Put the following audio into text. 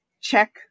check